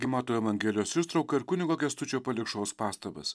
mato evangelijos ištrauka ir kunigo kęstučio palikšos pastabas